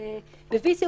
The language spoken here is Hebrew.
ב-VC,